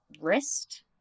wrist